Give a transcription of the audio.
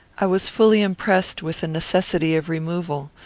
i was fully impressed with the necessity of removal,